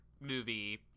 movie